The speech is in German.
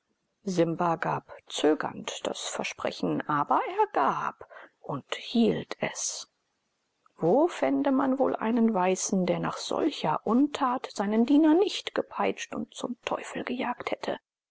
simba gab zögernd das versprechen aber er gab und hielt es wo fände man wohl einen weißen der nach solcher untat seinen diener nicht gepeitscht und zum teufel gejagt hätte